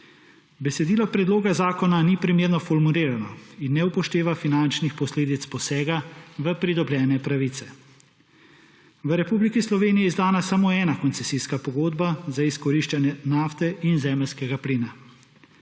Besedilo predloga zakona ni primerno formulirano in ne upošteva finančnih posledic posega v pridobljene pravice. V Republiki Sloveniji je izdana samo ena koncesijska pogodba za izkoriščanje nafte in zemeljskega plina.